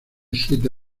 siete